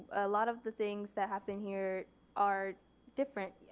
a lot of the things that happen here are different.